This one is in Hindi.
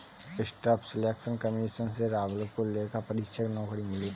स्टाफ सिलेक्शन कमीशन से राहुल को लेखा परीक्षक नौकरी मिली